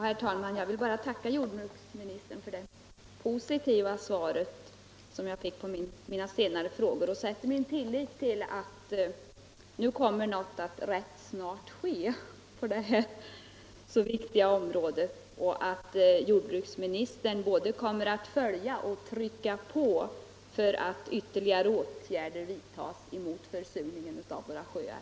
Herr talman! Jag vill bara tacka jordbruksministern för det positiva svar som jag fick på mina senare frågor. Jag sätter min tillit till att något nu kommer att ske rätt snart på detta viktiga område och att jordbruksministern kommer att följa detta ärende och trycka på för att ytterligare åtgärder skall vidtas mot försurningen av våra sjöar.